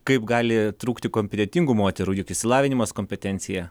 kaip gali trūkti kompetentingų moterų juk išsilavinimas kompetencija